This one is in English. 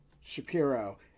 Shapiro